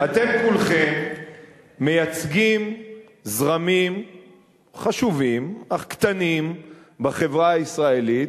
אתם כולכם מייצגים זרמים חשובים אך קטנים בחברה הישראלית,